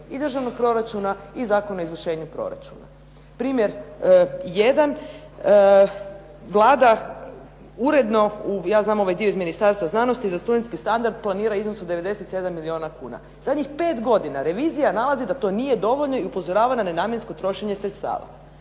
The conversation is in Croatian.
i državnog proračuna i Zakona o izvršenju proračuna. Primjer jedan. Vlada uredno, ja znam ovaj dio iz Ministarstva znanosti za studentski standard planira iznos od 97 milijuna kuna. Zadnjih 5 godina revizija nalazi da to nije dovoljno i upozorava na nenamjensko trošenje sredstava.